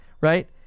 Right